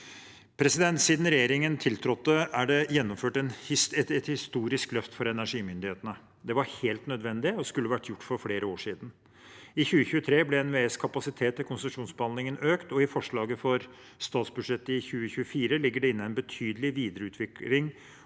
for det. Siden regjeringen tiltrådte, er det gjennomført et historisk løft for energimyndighetene. Det var helt nødvendig og skulle vært gjort for flere år siden. I 2023 ble NVEs kapasitet i konsesjonsbehandlingen økt, og i forslaget til statsbudsjett for 2024 ligger det inne en betydelig videreutvikling